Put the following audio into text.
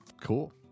cool